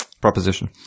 proposition